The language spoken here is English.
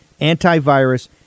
antivirus